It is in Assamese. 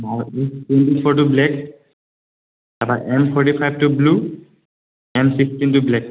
টুৱেণ্টি ফ'ৰটো ব্লেক তাৰ পৰা এম ফৰ্টি ফাইভটো ব্লু এম ছিক্সটিনটো ব্লেক